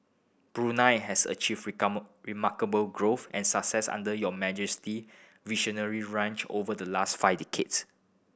Brunei has achieved remarkable growth and success under Your Majesty visionary reign over the last five decades